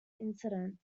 incident